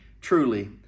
truly